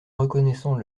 reconnaissant